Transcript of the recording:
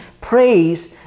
praise